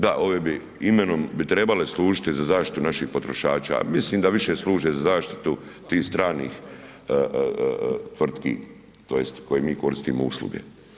Da, ovim imenom bi trebale služiti za zaštitu naših potrošača, a mislim da više služe za zaštitu tih stranih tvrtki tj. koje mi koristimo usluge.